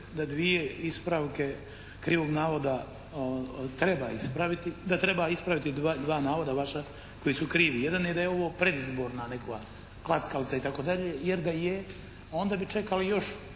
dvije ispravke krivog navoda treba ispraviti, da treba ispraviti dva navoda vaša koji su krivi. Jedan je da je ovo predizborna neka packalica jer da je onda bi čekali još